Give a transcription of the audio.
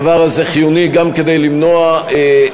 הדבר הזה חיוני גם כדי למנוע טעויות